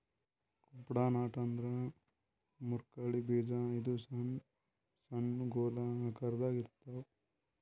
Cuddapah nut ಅಂದ್ರ ಮುರ್ಕಳ್ಳಿ ಬೀಜ ಇದು ಸಣ್ಣ್ ಸಣ್ಣು ಗೊಲ್ ಆಕರದಾಗ್ ಇರ್ತವ್